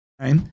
Right